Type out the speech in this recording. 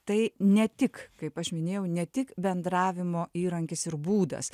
tai ne tik kaip aš minėjau ne tik bendravimo įrankis ir būdas